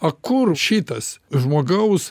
o kur šitas žmogaus